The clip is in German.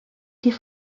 die